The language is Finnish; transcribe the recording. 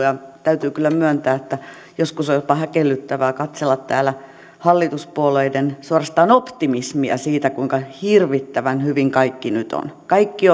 ja täytyy kyllä myöntää että joskus on jopa häkellyttävää katsella täällä hallituspuolueiden suorastaan optimismia siitä kuinka hirvittävän hyvin kaikki nyt on kaikki